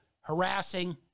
harassing